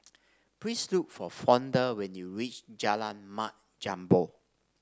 please look for Fonda when you reach Jalan Mat Jambol